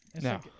No